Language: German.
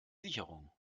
sicherung